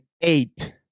Eight